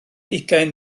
ugain